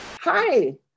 hi